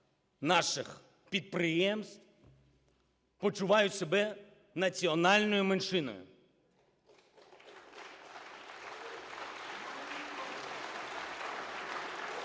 наших підприємств почувають себе національною меншиною.